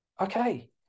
okay